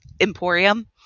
Emporium